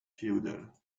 féodal